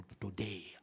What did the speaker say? Today